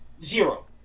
zero